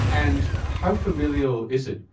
and how familial is it?